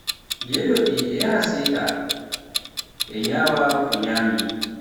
Gelooɗi e yaha seeɗa, e ƴeewa ko ñaami.